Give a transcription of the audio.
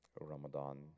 Ramadan